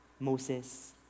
Moses